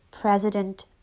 President